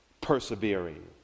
persevering